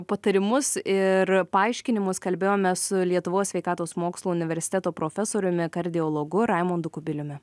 patarimus ir paaiškinimus kalbėjomės su lietuvos sveikatos mokslų universiteto profesoriumi kardiologu raimondu kubiliumi